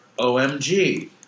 OMG